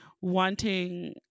wanting